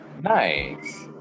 Nice